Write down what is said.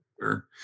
Sure